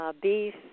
Beef